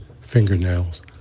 fingernails